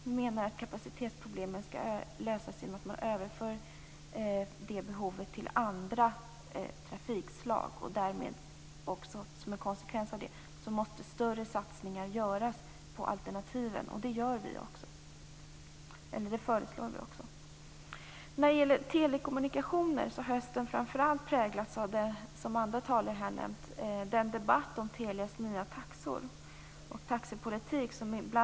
Vi menar att kapacitetsproblemet skall lösas genom att överföra det behovet till andra trafikslag och därmed som en konsekvens av det måste större satsningar göras på alternativen - och det föreslår vi. I fråga om telekommunikationer har höstens debatt präglats av debatten om Telias nya taxor och taxepolitik.